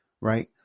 right